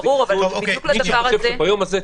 ביום הזה,